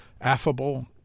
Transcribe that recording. affable